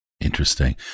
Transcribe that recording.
Interesting